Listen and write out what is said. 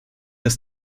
dass